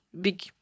big